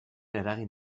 eragin